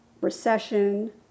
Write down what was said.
recession